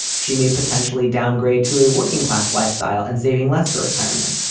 she may potentially downgrade to a working class lifestyle and saving less for retirement.